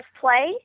play